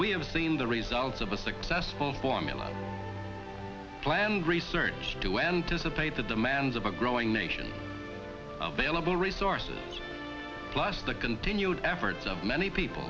we have seen the results of a successful formula planned research to anticipate the demands of a growing nation vailable resources plus the continued efforts of many people